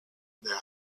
their